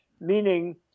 meaning